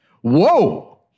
Whoa